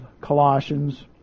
Colossians